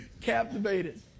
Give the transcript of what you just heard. captivated